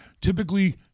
Typically